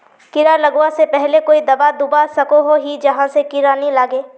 कीड़ा लगवा से पहले कोई दाबा दुबा सकोहो ही जहा से कीड़ा नी लागे?